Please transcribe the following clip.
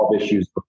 issues